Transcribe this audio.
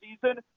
season